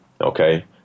Okay